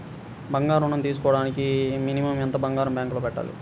బంగారం ఋణం తీసుకోవడానికి మినిమం ఎంత బంగారం బ్యాంకులో పెట్టాలి?